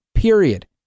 Period